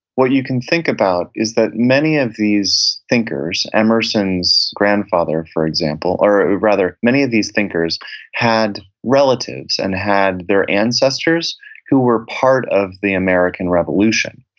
what you can think about is that many of these these thinkers, emerson's grandfather, and for example, or rather, many of these thinkers had relatives and had their ancestors who were part of the american revolution.